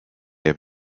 have